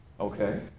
Okay